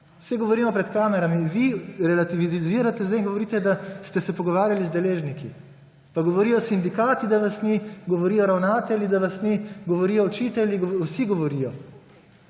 saj govorimo pred kamerami, vi realtivizirate zdaj in govorite, da ste se pogovarjali z deležniki, pa govorijo sindikati, da vas ni, govorijo ravnatelji, da vas ni, govorijo učitelji, vsi govorijo.